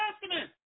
Testament